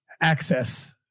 access